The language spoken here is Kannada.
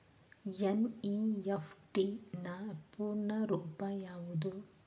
ಎನ್.ಇ.ಎಫ್.ಟಿ ನ ಪೂರ್ಣ ರೂಪ ಯಾವುದು?